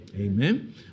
Amen